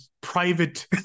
private